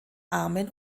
armen